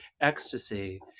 ecstasy